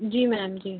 जी ma'am जी